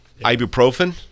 ibuprofen